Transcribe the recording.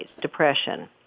depression